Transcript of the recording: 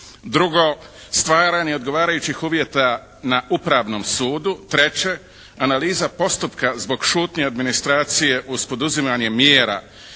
Drugo, stvaranje odgovarajućih uvjeta na Upravnom sudu. Treće, analiza postupka zbog šutnje administracije uz poduzimanje mjera